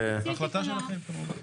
זו החלטה שלכם כמובן.